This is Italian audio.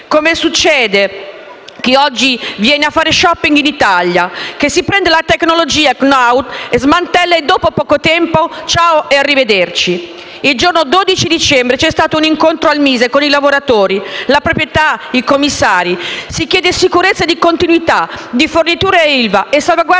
come succede, chi oggi viene a fare *shopping* in Italia si prende la tecnologia *know how*, smantella e, dopo poco tempo, arrivederci. Il giorno 12 dicembre c'è stato un incontro al MISE con i lavoratori, la proprietà, i commissari. Si chiede sicurezza di continuità di forniture a ILVA e salvaguardia